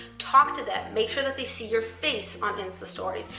talk to that. make sure that they see your face on instastories.